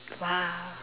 !wow!